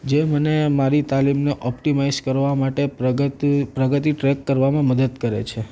જે મને મારી તાલીમને ઓપ્ટિમાઈઝ કરવા માટે પ્રગતિ ટ્રેક કરવામાં મદદ કરે છે